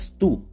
two